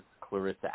Clarissa